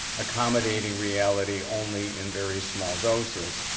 accommodating reality only in very small doses.